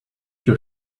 your